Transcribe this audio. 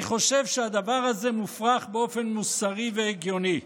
אני חושב שהדבר הזה מופרך באופן מוסרי והגיוני,